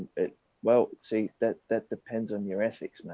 well see that that depends on your instincts